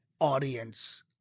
audience